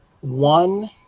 One